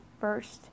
first